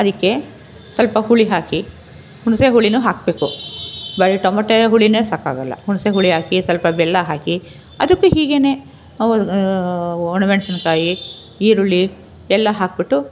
ಅದಕ್ಕೆ ಸ್ವಲ್ಪ ಹುಳಿ ಹಾಕಿ ಹುಣಸೇ ಹುಳಿನೂ ಹಾಕಬೇಕು ಬರೀ ಟೊಮೊಟೊ ಹುಳಿನೇ ಸಾಕಾಗಲ್ಲ ಹುಣಸೇ ಹುಳಿ ಹಾಕಿ ಸ್ವಲ್ಪ ಬೆಲ್ಲ ಹಾಕಿ ಅದಕ್ಕೂ ಹೀಗೆಯೇ ಅವ್ರು ಒಣಮೆಣಸಿನ್ಕಾಯಿ ಈರುಳ್ಳಿ ಎಲ್ಲ ಹಾಕಿಬಿಟ್ಟು